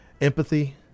empathy